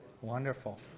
Wonderful